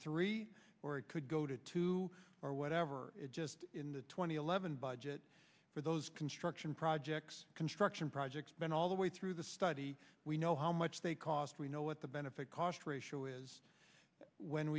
three or it could go to two or whatever it just in the two thousand and eleven budget for those construction projects construction projects been all the way through the study we know how much they cost we know what the benefit cost ratio is when